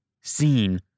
seen